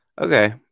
okay